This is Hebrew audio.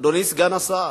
אדוני סגן השר.